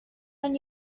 اون